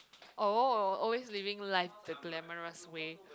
oh always living life the glamorous way